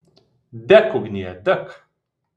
dek ugnie dek